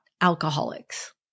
alcoholics